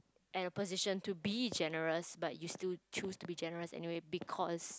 at a position to be generous but you still choose to be generous anyway because